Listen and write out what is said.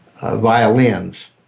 violins